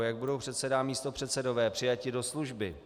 Jak budou předseda a místopředsedové přijati do služby.